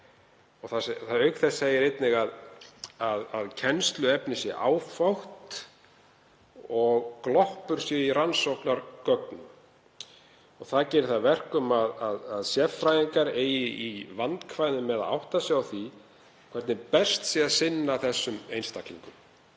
á það. Auk þess segir að kennsluefni sé áfátt og gloppur í rannsóknargögnum. Það geri það að verkum að sérfræðingar eigi í vandkvæðum með að átta sig á því hvernig best sé að sinna þessum einstaklingum.